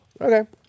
Okay